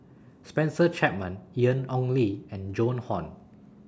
Spencer Chapman Ian Ong Li and Joan Hon